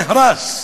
נהרס,